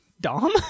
dom